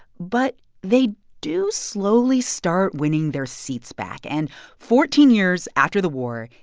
but they do slowly start winning their seats back. and fourteen years after the war,